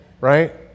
Right